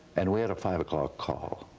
and we had a five o'clock call.